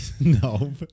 No